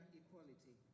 equality